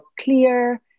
clear